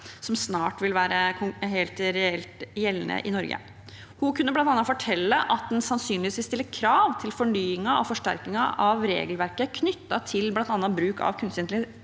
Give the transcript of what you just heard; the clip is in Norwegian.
som snart vil være helt reelt gjeldende i Norge. Hun kunne bl.a. fortelle at den sannsynligvis vil stille krav til fornyelsen og forsterkningen av regelverket knyttet til bl.a. bruk av kunstig